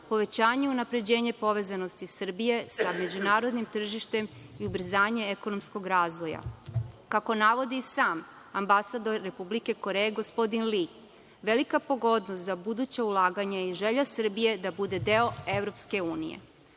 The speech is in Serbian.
povećanje unapređenja povezanosti Srbije sa međunarodnim tržištem i ubrzanje ekonomskog razvoja. Kako navodi sam ambasador Republike Koreje, gospodin Li, velika pogodnost za buduća ulaganja i želja Srbije da bude deo EU.Ovim